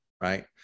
right